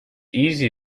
easy